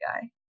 guy